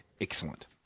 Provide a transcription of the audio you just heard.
excellent